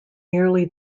nearly